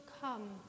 come